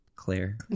Claire